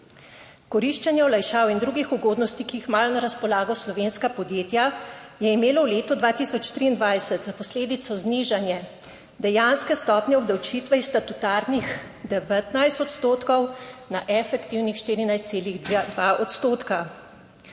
Koriščenje olajšav in drugih ugodnosti, ki jih imajo na razpolago slovenska podjetja, je imelo v letu 2023 za posledico znižanje dejanske stopnje obdavčitve iz statutarnih 19 odstotkov na efektivnih 14,2 odstotka.